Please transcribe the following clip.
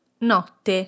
notte